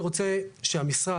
אני רוצה שהמשרד,